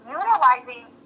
utilizing